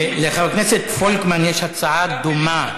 לחבר הכנסת פולקמן יש הצעה דומה,